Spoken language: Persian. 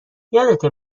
یادته